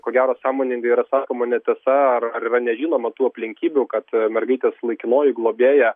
ko gero sąmoningai yra sakoma netiesa ar ar yra nežinoma tų aplinkybių kad mergaitės laikinoji globėja